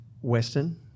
Western